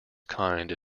kind